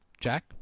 Jack